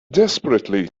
desperately